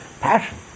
passion